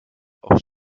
auch